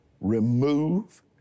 remove